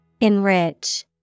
Enrich